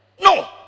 No